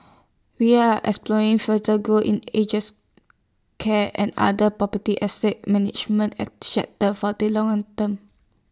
we are exploring further growth in ages care and other property asset management for the long and term